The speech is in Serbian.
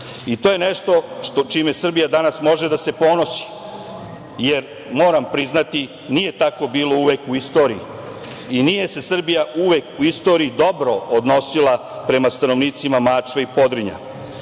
To je nešto čime Srbija danas može da se ponosi, jer moram priznati nije tako bilo uvek u istoriji i nije se Srbija uvek u istoriji dobro odnosila prema stanovnicima Mačve i Podrinja,